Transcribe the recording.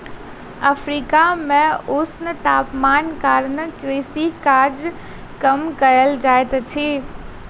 Africa मे ऊष्ण तापमानक कारणेँ कृषि काज कम कयल जाइत अछि